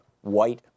white